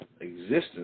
existence